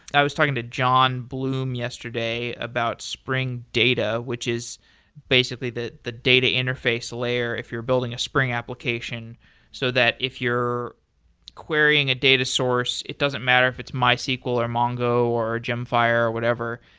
i was talking to john bloom yesterday about spring data, which is basically the the data interface layer if you're building a spring application so that if your querying a data source, it doesn't matter if it's mysql or mongo gemfire or whatever,